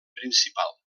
principal